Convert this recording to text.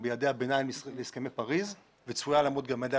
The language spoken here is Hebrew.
ביעדי הביניים בהסכמי פריס וצפויה גם לעמוד ביעדי